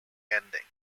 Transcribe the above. ending